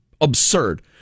absurd